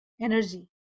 energy